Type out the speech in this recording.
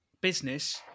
business